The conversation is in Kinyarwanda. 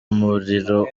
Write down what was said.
muriro